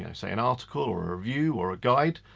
and say an article or a review or a guide,